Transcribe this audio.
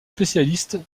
spécialiste